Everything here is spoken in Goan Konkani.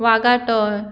वागातूर